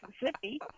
Mississippi